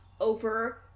over